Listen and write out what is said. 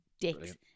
dicks